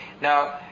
Now